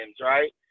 right